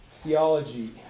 Theology